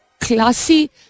classy